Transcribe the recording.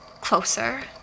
closer